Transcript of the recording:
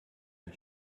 ein